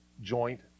joint